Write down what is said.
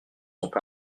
sont